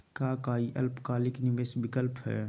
का काई अल्पकालिक निवेस विकल्प हई?